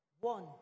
One